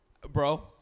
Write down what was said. Bro